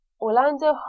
Orlando